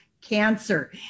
cancer